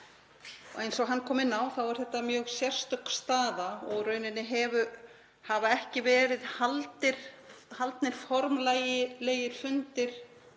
Eins og hann kom inn á er þetta mjög sérstök staða og í rauninni hafa ekki verið haldnir formlegir fundir